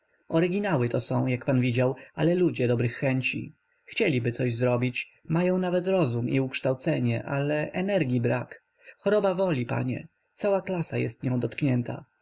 oryginały to są jak pan widział ale ludzie dobrych chęci chcieliby coś robić mają nawet rozum i ukształcenie ale energii brak choroba woli panie cała klasa jest nią dotknięta